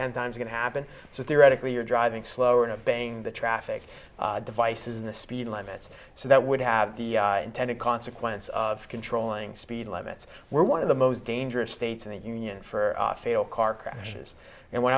ten times going to happen so theoretically you're driving slower to bang the traffic devices in the speed limits so that would have the intended consequence of controlling speed limits were one of the most dangerous states in the union for failed car crashes and when